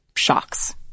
shocks